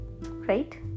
Right